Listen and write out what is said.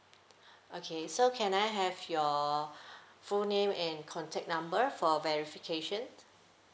okay so can I have your full name and contact number for verification